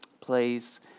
Please